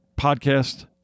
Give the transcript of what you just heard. podcast